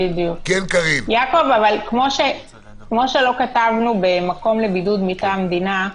אבל כמו שלא כתבנו במקום לבידוד מטעם המדינה,